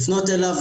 לפנות אליו,